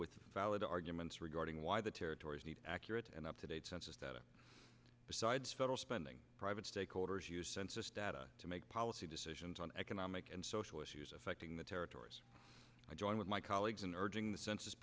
with valid arguments regarding why the territories need accurate and up to date census data besides federal spending private stakeholders use census data to make policy decisions on economic and social issues affecting the territory i join with my colleagues in urging the census